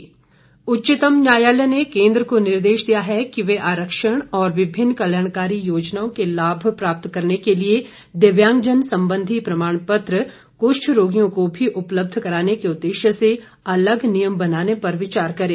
उच्चतम न्यायालय उच्चतम न्यायालय ने केन्द्र को निर्देश दिया है कि वह आरक्षण और विभिन्न कल्याणकारी योजनाओं के लाभ प्राप्त करने के लिए दिव्यांगजन संबंधी प्रमाण पत्र कृष्ठ रोगियों को भी उपलब्ध कराने के उद्देश्य से अलग नियम बनाने पर विचार करे